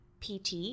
PT